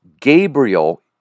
Gabriel